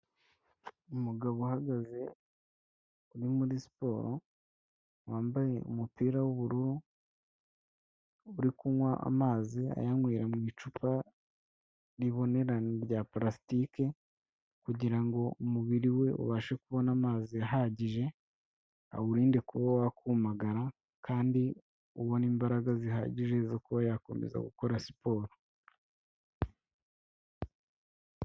Umugabo uhagaze uri muri siporo wambaye umupira w'ubururu, uri kunywa amazi ayanywera mu icupa ribonera rya parasitike, kugira ngo umubiri we ubashe kubona amazi ahagije, awurinde kuba wakumagara, kandi ubona imbaraga zihagije zo kuba yakomeza gukora siporo.